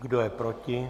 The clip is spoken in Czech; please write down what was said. Kdo je proti?